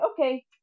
okay